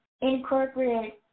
incorporate